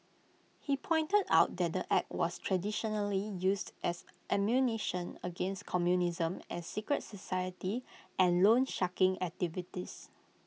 he pointed out that the act was traditionally used as ammunition against communism and secret society and loansharking activities